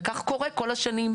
וכך קורה כל השנים.